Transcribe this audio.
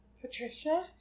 Patricia